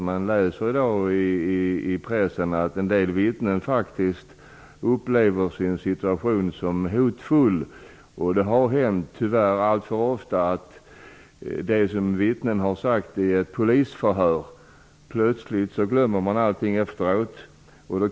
Man läser i pressen att en del vittnen upplever sin situation som hotfull. Det har tyvärr alltför ofta hänt att det som vittnen har sagt i ett polisförhör plötsligt är helt glömt efteråt.